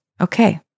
Okay